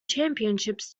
championships